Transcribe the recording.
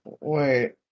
Wait